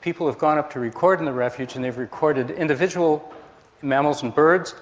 people have gone up to record in the refuge and they've recorded individual mammals and birds